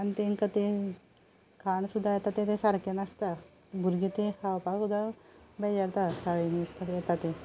आनी तेंकां तें खाण सुद्दां येता तें तें सारकें नासता भुरगीं तें खावपाक सुद्दां बेजारता शाळेंत कितें येता तें